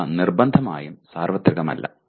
അവ നിർബന്ധമായും സാർവത്രികമല്ല